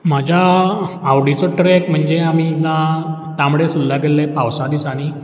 म्हाज्या आवडीचो ट्रॅक म्हणजे आमी ना तांबडी सुर्ला गेल्ले पावसा दिसांनी